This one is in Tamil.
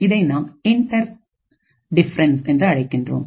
இதை நாம் இன்டர் டிஃபரன்ஸ் என்று அழைக்கின்றோம்